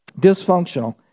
dysfunctional